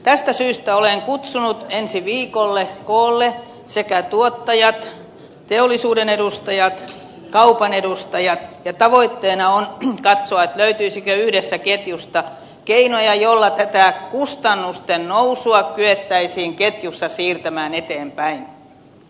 tästä syystä olen kutsunut ensi viikolla koolle sekä tuottajat teollisuuden edustajat ja kaupan edustajat ja tavoitteena on katsoa löytyisikö ketjusta yhdessä keinoja joilla tätä kustannusten nousua kyettäisiin ketjussa siirtämään eteenpäin